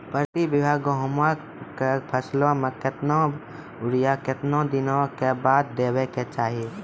प्रति बीघा गेहूँमक फसल मे कतबा यूरिया कतवा दिनऽक बाद देवाक चाही?